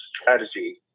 strategy